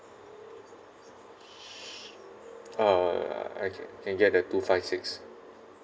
uh I can can get the two five six